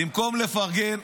במקום לפרגן.